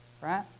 right